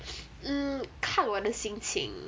mm 看我的心情